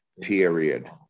period